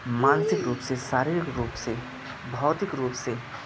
मानसिक रूप से शारीरिक रूप से भौतिक रूप से